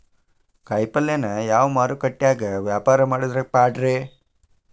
ಕಾಯಿಪಲ್ಯನ ಯಾವ ಮಾರುಕಟ್ಯಾಗ ವ್ಯಾಪಾರ ಮಾಡಿದ್ರ ಪಾಡ್ರೇ?